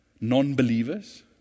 non-believers